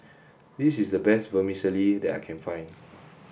this is the best Vermicelli that I can find